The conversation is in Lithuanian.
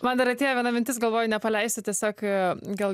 man dar atėjo viena mintis galvoj nepaleisiu tiesiog gal